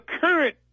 current